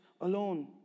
alone